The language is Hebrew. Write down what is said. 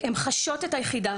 הן חשות את היחידה,